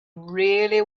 really